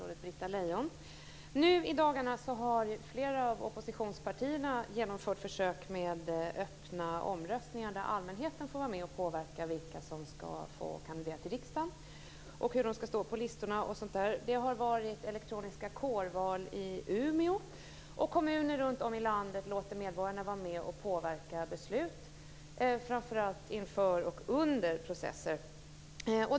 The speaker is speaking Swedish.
Herr talman! Jag har en fråga till statsrådet Britta Lejon. Nu i dagarna har flera av oppositionspartierna genomfört försök med öppna omröstningar där allmänheten får vara med och påverka vilka som ska få kandidera till riksdagen, hur de ska stå på listorna osv. Det har varit elektroniska kårval i Umeå, och kommuner runtom i landet låter medborgarna vara med och påverka beslut, framför allt inför och under processer.